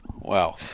wow